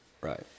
right